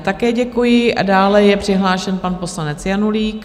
Také děkuji a dále je přihlášen pan poslanec Janulík.